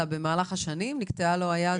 אלא במהלך השנים נקטעה לו היד,